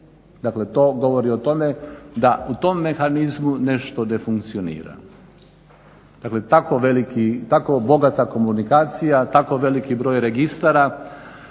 Dakle, to govori o tome da u tom mehanizmu nešto ne funkcionira. Dakle, tako veliki, tako bogata komunikacija, tako veliki broj registara.